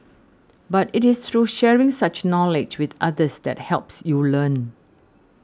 but it is through sharing such knowledge with others that helps you learn